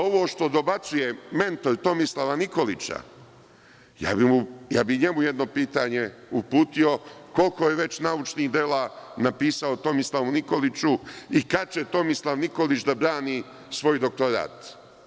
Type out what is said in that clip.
Ovo što dobacuje mentor Tomislava Nikolića, ja bih njemu jedno pitanje uputio – koliko je već naučnih dela napisao Tomislavu Nikoliću i kada će Tomislav Nikolić da brani svoj doktorat?